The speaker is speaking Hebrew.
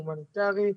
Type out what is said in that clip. הוא הומניטרי,